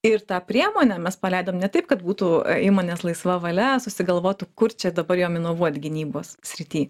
ir tą priemonę mes paleidom ne taip kad būtų įmonės laisva valia susigalvotų kur čia dabar jom inovuot gynybos srity